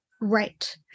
Right